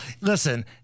listen